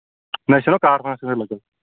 مےٚ چھَنا کارخانَس پیٚٹھ لٔکٕر